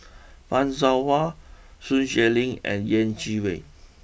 Fan Shao Hua Sun Xueling and Yeh Chi Wei